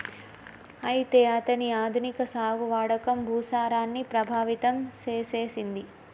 అయితే అతని ఆధునిక సాగు వాడకం భూసారాన్ని ప్రభావితం సేసెసింది